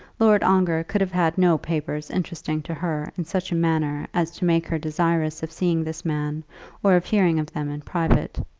lord ongar could have had no papers interesting to her in such a manner as to make her desirous of seeing this man or of hearing of them in private.